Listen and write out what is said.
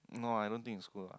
no I think in school lah